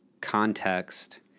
context